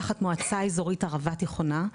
תחת מועצה אזורית ערבה תיכונה,